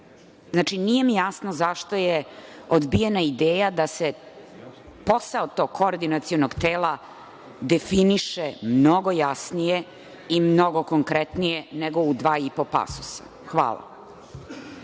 itd. Znači, nije mi jasno zašto je odbijena ideja da se posao tog koordinacionog tela definiše mnogo jasnije i mnogo konkretnije nego u dva i po pasusa. Hvala.